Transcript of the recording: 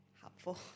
helpful